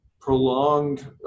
prolonged